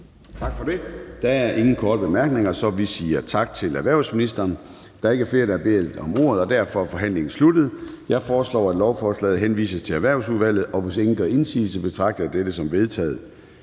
Gade): Der er ingen korte bemærkninger, så vi siger tak til erhvervsministeren. Der er ikke flere, der har bedt om ordet, og derfor er forhandlingen sluttet. Jeg foreslår, at lovforslaget henvises til Erhvervsudvalget. Hvis ingen gør indsigelse, betragter jeg dette som vedtaget.